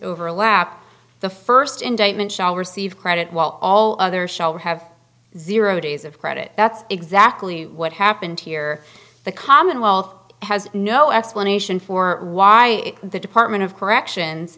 overlap the first indictment shall receive credit while all other shall have zero days of credit that's exactly what happened here the commonwealth has no explanation for why the department of corrections